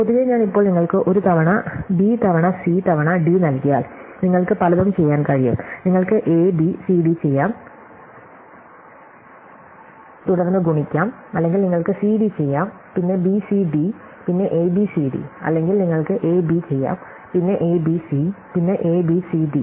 പൊതുവേ ഞാൻ ഇപ്പോൾ നിങ്ങൾക്ക് ഒരു തവണ ബി തവണ സി തവണ ഡി നൽകിയാൽ നിങ്ങൾക്ക് പലതും ചെയ്യാൻ കഴിയും നിങ്ങൾക്ക് എബി സിഡി ചെയ്യാം തുടർന്ന് ഗുണിക്കാം അല്ലെങ്കിൽ നിങ്ങൾക്ക് സിഡി ചെയ്യാം പിന്നെ ബിസിഡി പിന്നെ എബിസിഡി അല്ലെങ്കിൽ നിങ്ങൾക്ക് എബി ചെയ്യാം പിന്നെ എബിസി പിന്നെ എബിസി ഡി